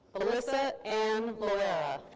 alyssa ann loera.